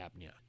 apnea